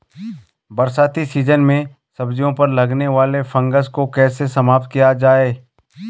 बरसाती सीजन में सब्जियों पर लगने वाले फंगस को कैसे समाप्त किया जाए?